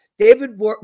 David